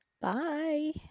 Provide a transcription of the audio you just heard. bye